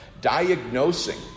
diagnosing